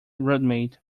roadmate